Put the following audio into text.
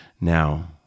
Now